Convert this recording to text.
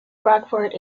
rockford